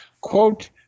quote